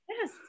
Yes